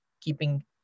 keeping